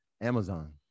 Amazon